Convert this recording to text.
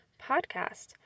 podcast